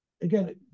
Again